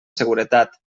seguretat